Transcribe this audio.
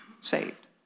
saved